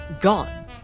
gone